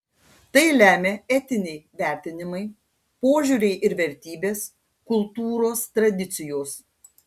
tai lemia etiniai vertinimai požiūriai ir vertybės kultūros tradicijos